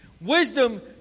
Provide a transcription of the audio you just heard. Wisdom